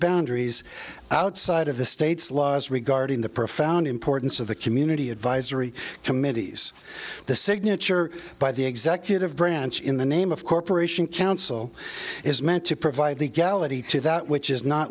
trees outside of the state's laws regarding the profound importance of the community advisory committees the signature by the executive branch in the name of corporation council is meant to provide legality to that which is not